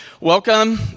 Welcome